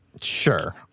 Sure